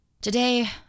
Today